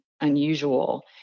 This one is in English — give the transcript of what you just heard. unusual